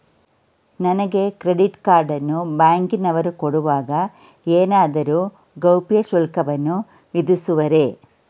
ನನಗೆ credit card ಅನ್ನು ಬ್ಯಾಂಕಿನವರು ಕೊಡುವಾಗ ಏನಾದರೂ ಗೌಪ್ಯ ಶುಲ್ಕವನ್ನು ವಿಧಿಸುವರೇ?